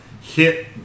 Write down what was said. hit